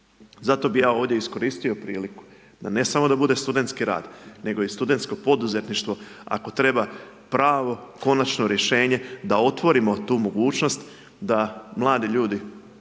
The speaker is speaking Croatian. Zato bi ja ovdje iskoristio priliku da ne samo da bude studentski rad, nego i studentsko poduzetništvo, ako treba, pravo, konačno rješenje da otvorimo tu mogućnost, da mladi ljudi,